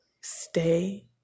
Stay